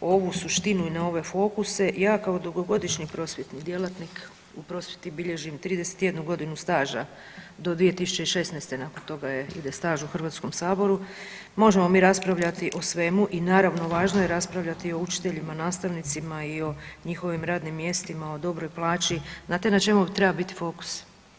ovu suštinu i na ove fokuse, ja kao dugogodišnji prosvjetni djelatnik u prosvjeti bilježim 31.g. staža do 2016., nakon toga ide staž u HS, možemo mi raspravljati o svemu i naravno važno je raspravljati o učiteljima, nastavnicima i o njihovim radnim mjestima, o dobroj plaći, znate na čemu treba biti fokus?